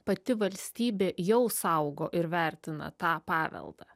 pati valstybė jau saugo ir vertina tą paveldą